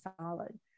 solid